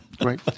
great